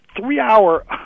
three-hour